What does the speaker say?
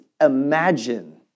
imagine